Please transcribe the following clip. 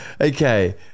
okay